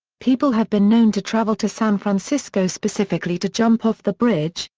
people have been known to travel to san francisco specifically to jump off the bridge,